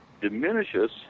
diminishes